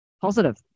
positive